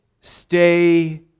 stay